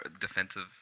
defensive